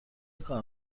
کار